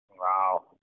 Wow